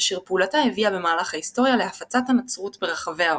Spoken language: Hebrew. אשר פעולתה הביאה במהלך ההיסטוריה להפצת הנצרות ברחבי העולם.